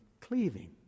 cleaving